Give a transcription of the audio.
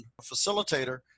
facilitator